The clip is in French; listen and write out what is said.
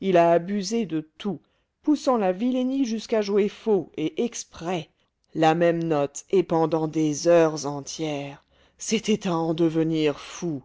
il a abusé de tout poussant la vilenie jusqu'à jouer faux et exprès la même note pendant des heures entières c'était à en devenir fou